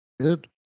good